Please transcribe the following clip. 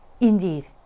Indeed